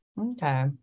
Okay